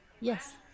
Yes